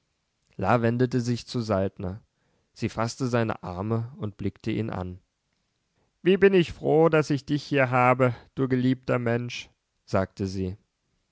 la wendete sich zu saltner sie faßte seine arme und blickte ihn an wie bin ich froh daß ich dich hier habe du geliebter mensch sagte sie